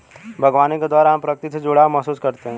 बागवानी के द्वारा हम प्रकृति से जुड़ाव महसूस करते हैं